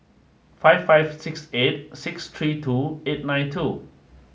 five five six eight six three two eight nine two